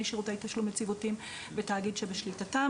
שירותי תשלום יציבותים בתאגיד שבשליטתם.